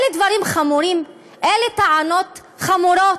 אלה דברים חמורים, טענות חמורות,